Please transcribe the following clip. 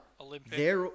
Olympic